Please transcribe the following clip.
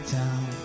down